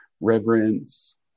reverence